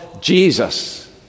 Jesus